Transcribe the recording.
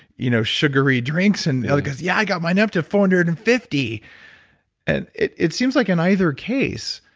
you know, sugary drinks and the other goes yeah i got mine up to four hundred and fifty. and it it seems like in either case,